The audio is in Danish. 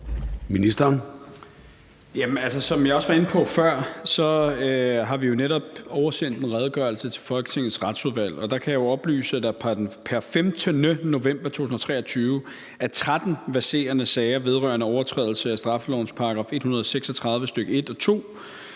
Som jeg også var inde på før, har vi jo netop oversendt en redegørelse til Folketingets Retsudvalg, og der kan jeg oplyse, at der pr. 15. november 2023 er 13 verserende sager vedrørende overtrædelse af straffelovens § 136, stk. 1 og 2,